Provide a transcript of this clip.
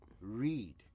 read